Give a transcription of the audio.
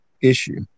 issue